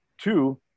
Two